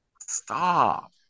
Stop